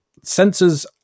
Sensors